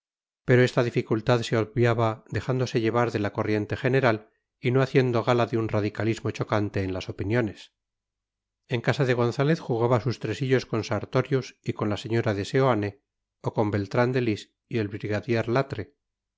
pero esta dificultad se obviaba dejándose llevar de la corriente general y no haciendo gala de un radicalismo chocante en las opiniones en casa de gonzález jugaba sus tresillos con sartorius y con la señora de seoane o con beltrán de lis y el brigadier latre